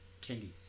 candies